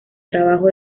trabajo